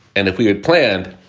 and if we had planned,